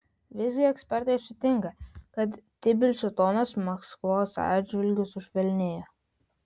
visgi ekspertai sutinka kad tbilisio tonas maskvos atžvilgiu sušvelnėjo